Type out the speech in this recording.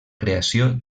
creació